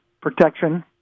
protection